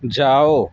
جاؤ